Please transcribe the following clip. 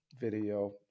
video